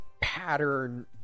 pattern